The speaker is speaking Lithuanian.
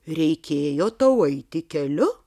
reikėjo tau eiti keliu